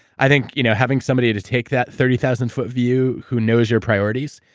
i think, you know having somebody to take that thirty thousand foot view, who knows your priorities,